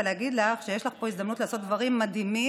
ולהגיד לך שיש לך פה הזדמנות לעשות דברים מדהימים.